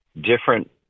different